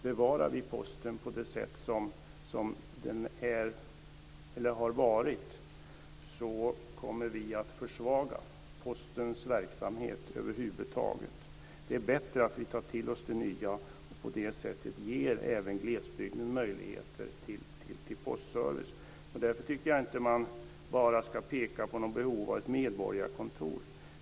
Bevarar vi Posten på det sätt som den har varit, kommer vi att försvaga Postens verksamhet över huvud taget. Det är bättre att vi tar till oss det nya och på det sättet ger även glesbygden möjligheter till postservice. Därför tycker jag inte att man bara ska peka på ett behov av medborgarkontor.